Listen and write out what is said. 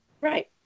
right